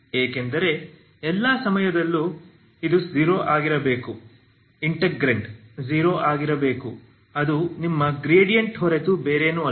ಏಕೆಂದರೆ ಎಲ್ಲಾ ಸಮಯದಲ್ಲೂ ಇದು 0 ಆಗಬೇಕಾದರೆ ಇಂಟಿಗ್ರಾಂಡ್ 0 ಆಗಿರಬೇಕು ಅದು ನಿಮ್ಮ ಗ್ರೇಡಿಯಂಟ್ ಹೊರತು ಬೇರೇನೂ ಅಲ್ಲ